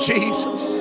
Jesus